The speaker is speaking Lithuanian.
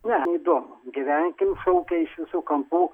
ne neįdomu gyvenkim šaukia iš visų kampų